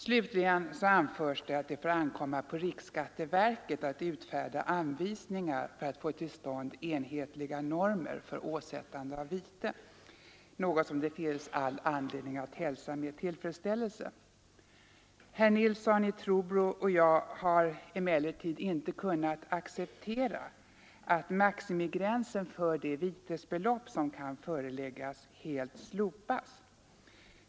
Departementschefen säger också att det får ankomma på riksskatteverket att utfärda anvisningar för att få till stånd enhetliga normer för åsättande av vite, något som det finns all anledning att hälsa med tillfredsställelse. Herr Nilsson i Trobro och jag har emellertid inte kunnat acceptera att gränsen för det vitesbelopp som kan åsättas helt slopas.